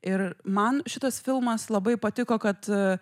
ir man šitas filmas labai patiko kad